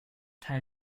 teil